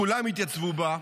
כולם יתייצבו בה,